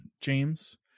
James